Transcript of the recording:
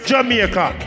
Jamaica